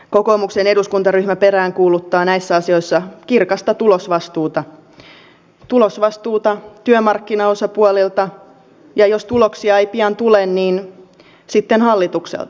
kokoomuksen eduskuntaryhmä peräänkuuluttaa näissä asioissa kirkasta tulosvastuuta tulosvastuuta työmarkkinaosapuolilta ja jos tuloksia ei pian tule niin sitten hallitukselta